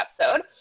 episode